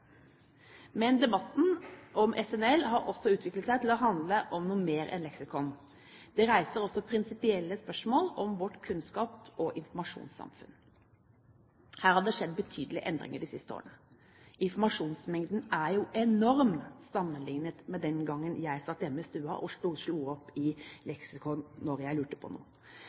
Men debatten om SNL har også utviklet seg til å handle om noe mer enn leksikon. Det reiser også prinsipielle spørsmål om vårt kunnskaps- og informasjonssamfunn. Her har det skjedd betydelige endringer de siste årene. Informasjonsmengden er enorm sammenliknet med den gangen jeg satt hjemme i stua og slo opp i leksikon når jeg lurte på